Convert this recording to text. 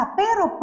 pero